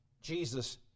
Jesus